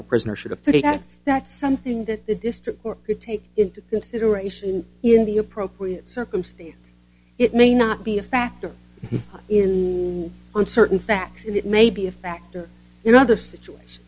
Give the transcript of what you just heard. or prisoner should have today that's not something that the district court could take into consideration in the appropriate circumstance it may not be a factor in certain facts and it may be a factor in other situations